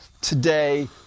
today